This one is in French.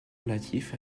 relatif